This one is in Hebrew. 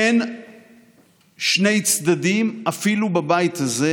אין שני צדדים אפילו בבית הזה,